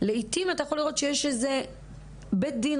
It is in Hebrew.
לעיתים אתה יכול לראות שיש איזה בית דין